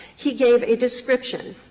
he gave a description